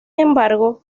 embargo